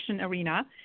arena